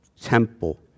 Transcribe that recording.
temple